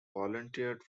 volunteered